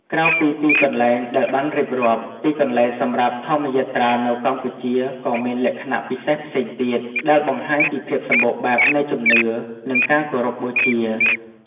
ក្រៅពីទីកន្លែងដែលបានរៀបរាប់ ទីកន្លែងសម្រាប់ធម្មយាត្រានៅកម្ពុជាក៏មានលក្ខណៈពិសេសផ្សេងទៀត ដែលបង្ហាញពីភាពសម្បូរបែបនៃជំនឿ និងការគោរពបូជា។